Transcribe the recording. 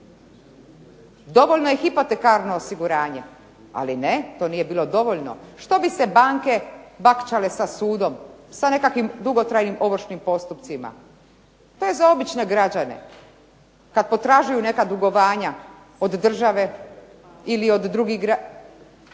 Dovoljno je hipotekarno osiguranje, ali ne to nije bilo dovoljno. Što bi se banke bakćale sa sudom sa nekakvim dugotrajnim ovršnim postupcima. To je za obične građane kada potražuju neka dugovanja od države ili sami u